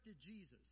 Jesus